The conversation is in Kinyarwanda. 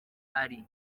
ari